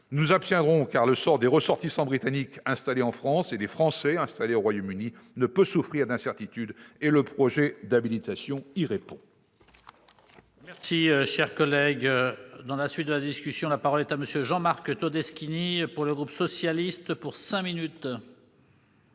nous abstiendrons, car le sort des ressortissants britanniques installés en France et des Français installés au Royaume-Uni ne peut souffrir d'incertitudes ; le projet d'habilitation permet